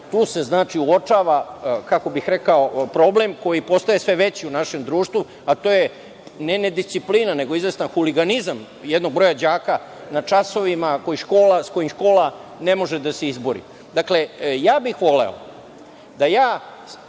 Tu se, dakle, uočava problem koji postaje sve veći u našem društvu, a to je ne nedisciplina, nego izvestan huliganizam jednog broja đaka na časovima s kojim škola ne može da se izbori. Dakle, ja bih voleo da se